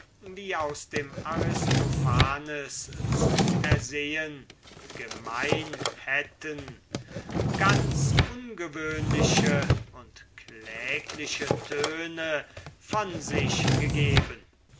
wie aus dem aristophanes zu ersehen gemein hätten ganz ungewöhnliche und klägliche töne von sich gegeben